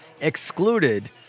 Excluded